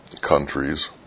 countries